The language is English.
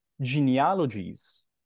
genealogies